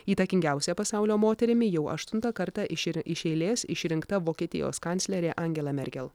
įtakingiausia pasaulio moterimi jau aštuntą kartą iš ir iš eilės išrinkta vokietijos kanclerė angela merkel